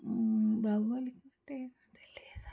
భౌగోళిక తెలియదా